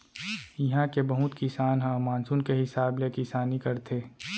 इहां के बहुत किसान ह मानसून के हिसाब ले किसानी करथे